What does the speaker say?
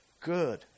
Good